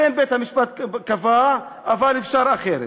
אכן בית-המשפט קבע, אבל אפשר אחרת.